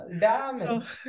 Damage